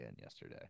yesterday